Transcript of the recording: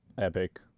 Epic